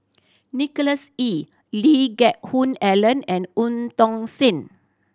Nicholas Ee Lee Geck Hoon Ellen and Eu Tong Sen